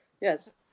Yes